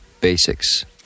Basics